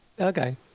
Okay